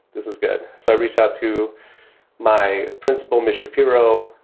this is good. so i reach out to my principal, mitch shapiro,